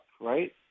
right